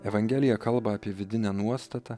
evangelija kalba apie vidinę nuostatą